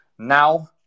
Now